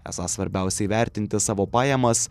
esą svarbiausia įvertinti savo pajamas